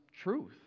truth